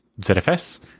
ZFS